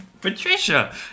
Patricia